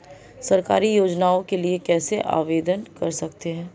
सरकारी योजनाओं के लिए कैसे आवेदन कर सकते हैं?